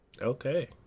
Okay